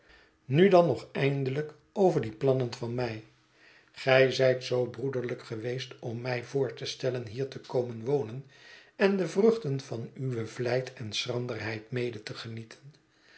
nu dan nog eindelijk over die plannen van mij gij zijt zoo broederlijk geweest om mij voor te stellen hier te komen wonen en de vruchten van uwe vlijt en schranderheid mede te genieten